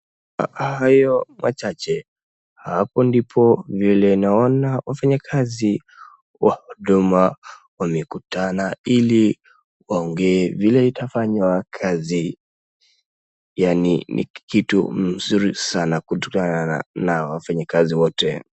Kwa hayo machache, hapo ndipo vile naona wafanyakazi wa huduma wamekutana hili waongee vile itafanywa kazi. Yaani ni kitu mzuri sana kujuana na wafanyakazi wote.